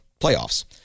playoffs